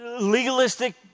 legalistic